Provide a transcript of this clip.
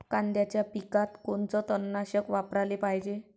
कांद्याच्या पिकात कोनचं तननाशक वापराले पायजे?